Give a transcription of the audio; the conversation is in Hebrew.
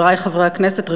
חברי חברי הכנסת,